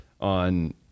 on